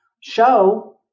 show